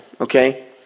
okay